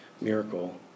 miracle